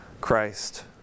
Christ